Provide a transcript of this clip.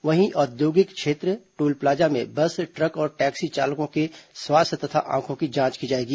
वहीं औद्योगिक क्षेत्र टोल प्लाजा में बस ट्रक और टैक्सी चालकों के स्वास्थ्य तथा आंखों की जांच की जाएगी